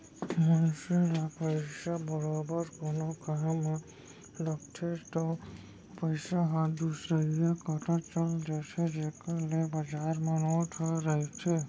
मनसे ल पइसा बरोबर कोनो काम म लगथे ओ पइसा ह दुसरइया करा चल देथे जेखर ले बजार म नोट ह रहिथे